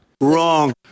Wrong